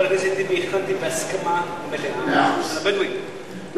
בהסכמה מלאה עם הבדואים,